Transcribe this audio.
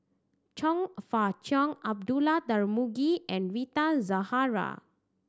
Chong Fah Cheong Abdullah Tarmugi and Rita Zahara